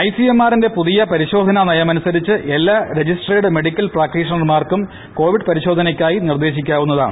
I C M R ന്റെ പുതിയ പരിശോധനാ നയമനുസരിച്ച് എല്ലാ രജിസ്ട്രേഡ് മെഡിക്കൽ പ്രാക്ടീഷണർമാർക്കും കോവിഡ് പരിശോധനയ്ക്കായി നിർദ്ദേശിക്കാവുന്നതാണ്